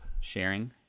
sharing